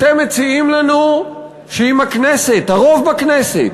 אתם מציעים לנו שאם הכנסת, הרוב בכנסת,